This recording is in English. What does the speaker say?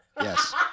Yes